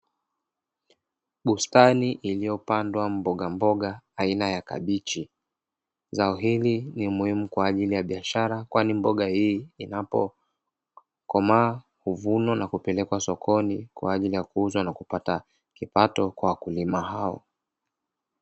Bustani iliyopandwa mboga aina ya kabichi zao hili ni muhimu kwa ajili ya biashara, kwani mboga hii inapokomaa kuvuno na kupelekwa sokoni kwa ajili ya kuuzwa na kupata kipato kwa wakulima hao.